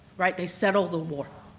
right, they settle the war.